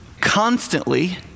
constantly